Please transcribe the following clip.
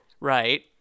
Right